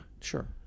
Sure